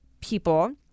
people